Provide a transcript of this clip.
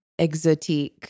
exotique